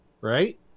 right